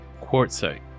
quartzite